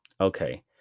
Okay